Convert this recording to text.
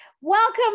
Welcome